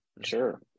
sure